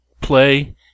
play